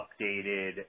updated